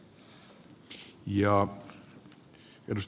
arvoisa puhemies